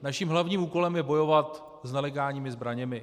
Naším hlavním úkolem je bojovat s nelegálními zbraněmi.